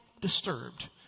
disturbed